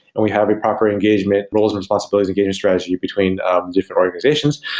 and we have a proper engagement, roles and responsibility engagement strategy between um different organizations.